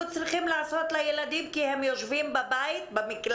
צריכים לעשות לילדים כי הם יושבים במקלט,